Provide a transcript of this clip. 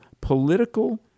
political